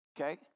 Okay